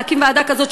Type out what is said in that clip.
להקים ועדה כזאת,